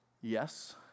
Yes